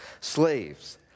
Slaves